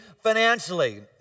financially